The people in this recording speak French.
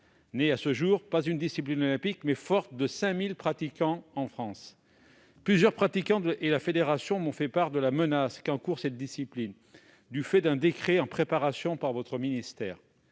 n'est à ce jour pas une discipline olympique, est forte de 5 000 licenciés en France. Plusieurs pratiquants et la fédération m'ont fait part de la menace qu'encourt cette discipline, du fait d'un décret en préparation au ministère